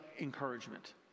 encouragement